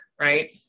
right